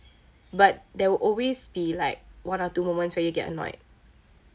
but there will be always like one or two moments when you get annoyed